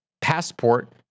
passport